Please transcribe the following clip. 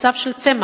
מצב של צמח,